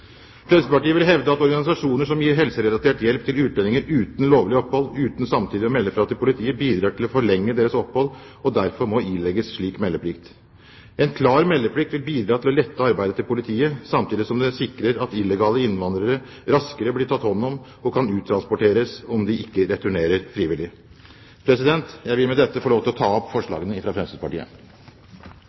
Fremskrittspartiet vil hevde at organisasjoner som gir helserelatert hjelp til utlendinger uten lovlig opphold, uten samtidig å melde fra til politiet, bidrar til å forlenge deres opphold og derfor må ilegges slik meldeplikt. En klar meldeplikt vil bidra til å lette arbeidet til politiet, samtidig som det sikrer at illegale innvandrere raskere blir tatt hånd om og kan uttransporteres om de ikke returnerer frivillig. Jeg vil med dette få lov til å ta opp forslagene fra Fremskrittspartiet.